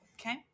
Okay